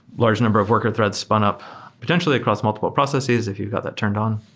large number of worker threads spun up potentially across multiple processes if you've got that turned on.